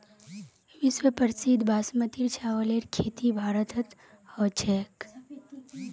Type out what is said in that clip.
विश्व प्रसिद्ध बासमतीर चावलेर खेती भारतत ह छेक